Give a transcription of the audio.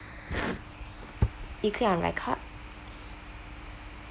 you clear on